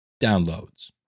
downloads